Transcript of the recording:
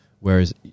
Whereas